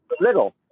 little